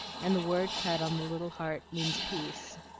and the word cut on the little heart means peace.